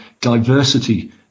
diversity